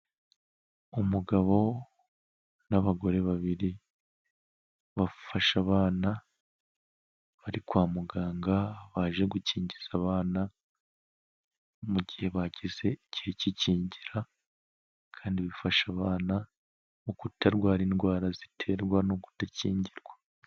Umugabo n'abagore babiri bafashe abana bari kwa muganga, baje gukingiza abana mu gihe bageze igihe k'ikingira kandi bifasha abana kutarwara indwara ziterwa no kudakingirwa.